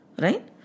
Right